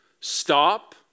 Stop